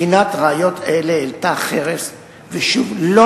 בחינת ראיות אלה העלתה חרס ושוב לא